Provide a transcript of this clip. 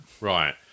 Right